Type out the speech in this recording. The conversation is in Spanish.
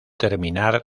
terminar